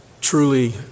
truly